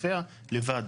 כתפיה לבד.